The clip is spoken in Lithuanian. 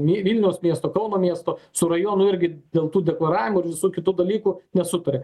nei vilniaus miesto kauno miesto su rajonu irgi dėl tų deklaravimų ir visų kitų dalykų nesutaria